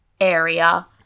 area